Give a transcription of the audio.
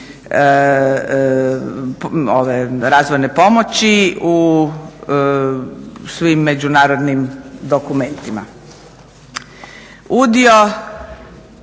razvojne pomoći u svim međunarodnim dokumentima. Udio